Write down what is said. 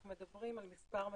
אנחנו מדברים על מספר מטרות.